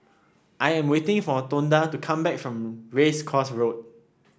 I am waiting for Tonda to come back from Race Course Road